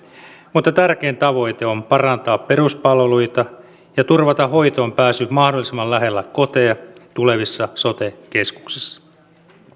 mutta tärkein tavoite on parantaa peruspalveluita ja turvata hoitoon pääsy mahdollisimman lähellä koteja tulevissa sote keskuksissa